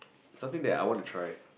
something that I want to try